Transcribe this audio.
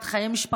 את חיי משפחתו,